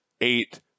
eight